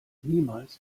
niemals